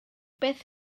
beth